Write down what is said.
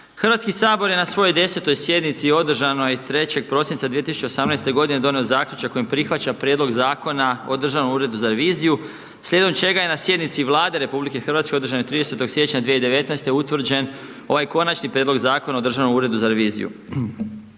Hrvatski sabor, je na svojoj 10. sjednici održanoj 3. prosinca 2018. g. donio zaključak kojim prihvaća prijedlog Zakona o Državnom uredu za revizijom, slijedom čega je sjednicom Vlade RH održane 30. siječnja 2019. utvrđen ovaj konačni prijedlog Zakona o Državnom uredu za reviziju.